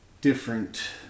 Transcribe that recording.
different